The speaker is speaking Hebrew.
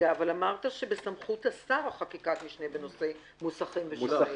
אבל אמרת שבסמכות השר חקיקת המשנה בנושא מוסכים ושמאים.